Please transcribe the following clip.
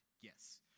yes